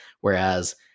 Whereas